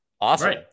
Awesome